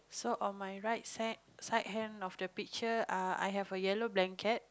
so on my right side side hand of the picture uh I have a yellow blanket